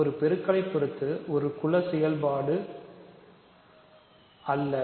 ஒரு பெருக்கலை பொறுத்து ஒரு குல செயல்பாடு அல்ல